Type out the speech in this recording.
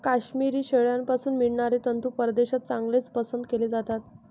काश्मिरी शेळ्यांपासून मिळणारे तंतू परदेशात चांगलेच पसंत केले जातात